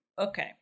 Okay